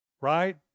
right